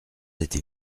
été